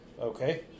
Okay